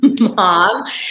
mom